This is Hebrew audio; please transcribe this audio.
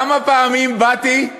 כמה פעמים באתי,